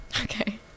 Okay